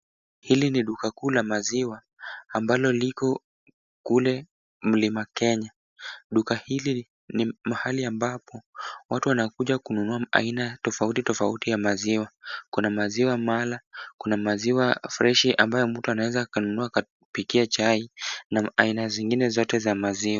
Hili ni duka kuu la maziwa, ambalo liko kule mlima, Kenya. Duka hili ni mahali ambapo watu wanakuja kununua aina tofauti tofauti ya maziwa. Kuna maziwa mala, kuna maziwa fresh ambayo mtu anaweza akanunua akapikia chai, na aina zingine zote za maziwa.